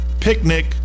picnic